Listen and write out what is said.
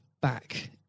back